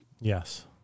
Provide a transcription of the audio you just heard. Yes